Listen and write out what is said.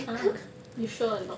ha you sure or not